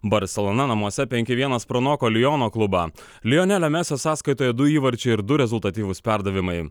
barselona namuose penki vienas pranoko liono klubą lionelio mesio sąskaitoje du įvarčiai ir du rezultatyvūs perdavimai